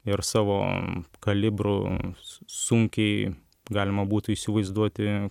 ir savo kalibru sunkiai galima būtų įsivaizduoti